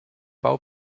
bau